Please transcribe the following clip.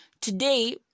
Today